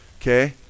Okay